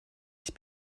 ich